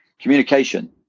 Communication